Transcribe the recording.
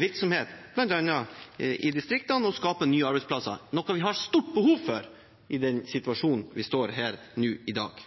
virksomhet bl.a. i distriktene og skape nye arbeidsplasser, noe det er stort behov for i den situasjonen vi står i i dag.